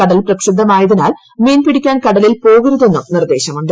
കടൽ പ്രക്ഷുബ്ധമായതിനാൽ മീൻ പിടിക്കാൻ കടലിൽ പോകരുതെന്നും നിർദ്ദേശമുണ്ട്